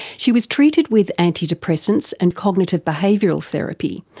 she was treated with anti-depressants and cognitive behavioural therapy.